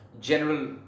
general